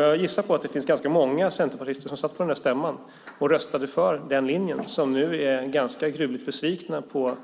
Jag gissar att det finns ganska många centerpartister som var med på stämman och röstade för majoritetens linje som nu är gruvligt besvikna på